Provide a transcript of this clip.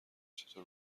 چطور